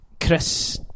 Chris